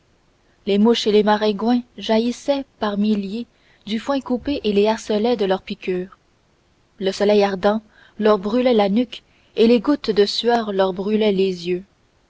les mouches et les maringouins jaillissaient par milliers du foin coupé et les harcelaient de leurs piqûres le soleil ardent leur brûlait la nuque et les gouttes de sueur leur brûlaient les yeux